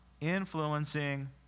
influencing